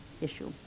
issue